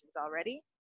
already